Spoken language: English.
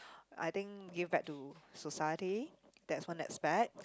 I think give back to society that's one aspect